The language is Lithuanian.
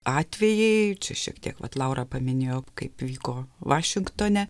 atvejai čia šiek tiek vat laura paminėjo kaip vyko vašingtone